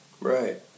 Right